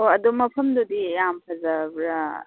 ꯑꯣ ꯑꯗꯨ ꯃꯐꯝꯗꯨꯗꯤ ꯌꯥꯝ ꯐꯖꯕ꯭ꯔꯥ